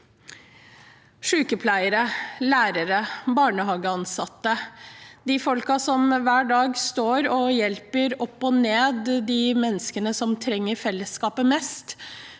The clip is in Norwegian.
sykepleiere, lærere, barnehageansatte – de folkene som hver dag står og hjelper de menneskene som trenger fellesskapet mest